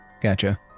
Gotcha